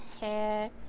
hair